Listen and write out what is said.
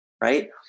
Right